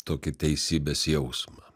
tokį teisybės jausmą